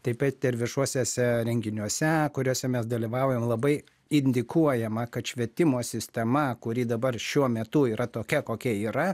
taip pat ir viešuosiuose renginiuose kuriuose mes dalyvaujam labai indikuojama kad švietimo sistema kuri dabar šiuo metu yra tokia kokia yra